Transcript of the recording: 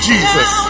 Jesus